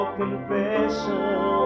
confession